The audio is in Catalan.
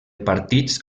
partits